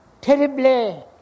terribly